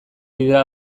dira